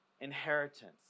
inheritance